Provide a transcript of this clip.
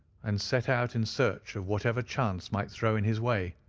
and set out in search of whatever chance might throw in his way.